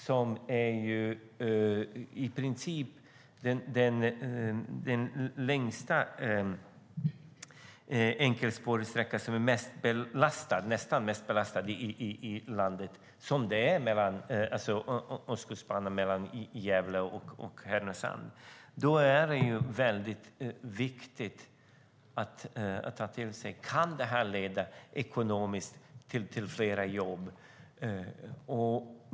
Den längsta enkelspåriga sträcka som är nästan mest belastad i landet går mellan Gävle och Härnösand. Kan detta leda till fler jobb?